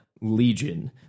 legion